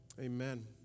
amen